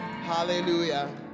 Hallelujah